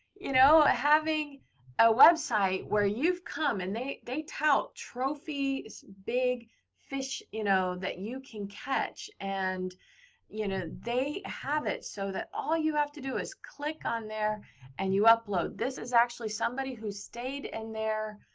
you know having a website where you've come and they they tout trophies, big fish you know that you can catch. and you know they have it, so that all you have to do is click on there and you upload. this is actually somebody who stayed in and their